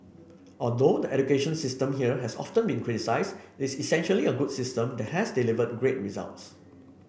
although the education system here has often been criticised it is essentially a good system that has delivered great results